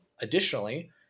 additionally